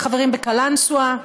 החברים בקלנסווה.